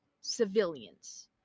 civilians